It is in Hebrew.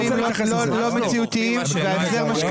לא 50%, אלא 70%, והוא מקבל 10,600